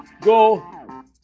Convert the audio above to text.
go